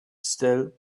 still